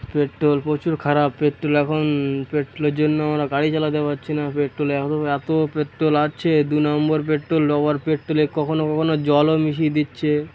petrol প্রচুর খারাপ petrol এখন পেট্রোলের জন্য আমরা গাড়ি চালাতে পারছি না পেট্রোলে এত এত পেট্রোল আছে দু নম্বর পেট্রোল আবার পেট্রোলে কখনো কখনো জলও মিশিয়ে দিচ্ছে